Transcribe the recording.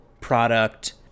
product